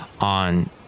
on